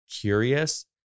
curious